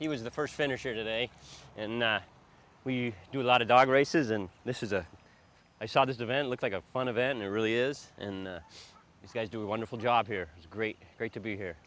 he was the first finisher today and we do a lot of dog races and this is a i saw this event looks like a fun of it and it really is and you guys do a wonderful job here great great to be here